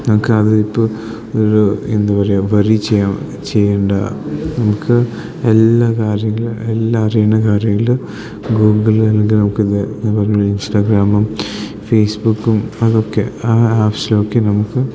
നമുക്ക് അത് ഇപ്പം ഒരു എന്താ പറയാ വറി ചെയ്യേണ്ട ചെയ്യേണ്ട നമുക്ക് എല്ലാ കാര്യങ്ങളും എല്ല അറിയണ കാര്യങ്ങൾ ഗൂഗിള് അല്ലെങ്കിൽ നമുക്ക് ഇത് പറഞ്ഞത് പോലെ ഇൻസ്റ്റാഗ്രാമും ഫേസ്ബുക്കും അതൊക്കെ ആ ആപ്പ്സിലൊക്കെ നമുക്ക്